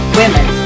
women